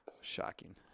Shocking